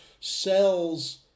sells